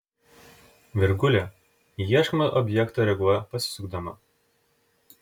virgulė į ieškomą objektą reaguoja pasisukdama